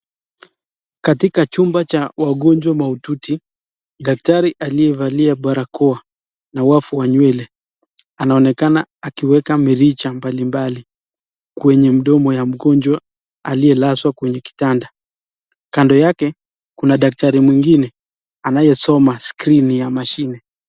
Katika chumba cha wagonjwa maututi, daktari aliyevalia barakoa na wavu wa nywele anaonekana akiweka mirija mbalimbali kwenye mdomo ya mgonjwa aliyelazwa kwenye kitanda. Kando yake kuna daktari mwingine anayesoma skrini ya mashine.